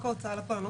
וחוץ ההוצאה לפועל.